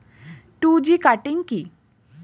Two G cutting কি?